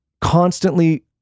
constantly